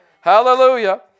Hallelujah